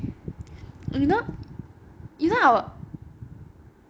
you know you know